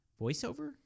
voiceover